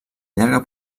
llarga